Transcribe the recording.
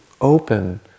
open